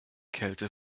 kälte